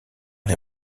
les